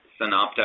Synopta